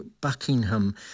Buckingham